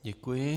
Děkuji.